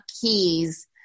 keys